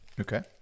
Okay